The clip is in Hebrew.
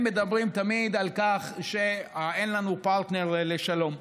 הם מדברים תמיד על כך שאין לנו פרטנר לשלום,